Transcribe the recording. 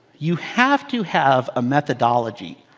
you have to have a methodology.